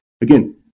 Again